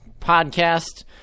podcast